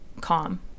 calm